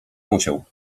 musiał